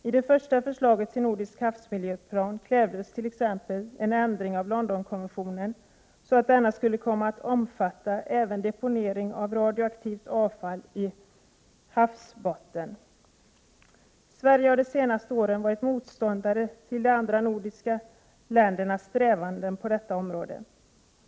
I det första förslaget till nordisk havsmiljöplan krävdes t.ex. en ändring av Londonkonventionen, så att denna skulle komma att omfatta även deponering av radioaktivt avfall i havsbotten. Sverige har de senaste åren varit motståndare till de andra nordiska ländernas strävanden på detta område.